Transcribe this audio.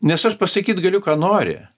nes aš pasakyt galiu ką nori